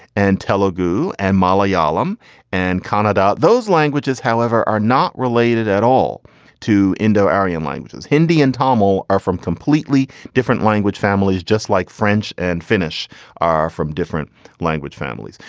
and telugu and malayalam and canada. those languages, however, are not related at all to indo. aryan languages, hindi and tamil are from completely different language. families just like french and finnish are from different language families.